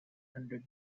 hundred